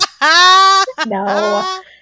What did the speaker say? No